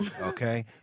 okay